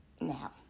Now